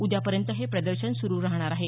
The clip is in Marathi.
उद्यापर्यंत हे प्रदर्शन सुरू राहणार आहे